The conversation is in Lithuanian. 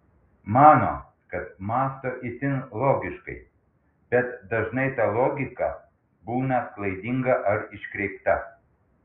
mano kad mąsto itin logiškai bet dažnai ta logika būna klaidinga ar iškreipta